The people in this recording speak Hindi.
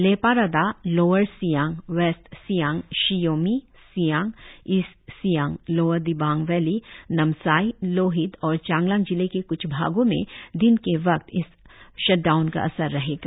Leparada lower Siang west Siang Shi Yomi Siang east Siang lower Dibang valley Namsai Lohit और चांगलांग जिले के क्छ भागों में दिन के वक्त इस शट डाउन का असर रहेगा